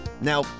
Now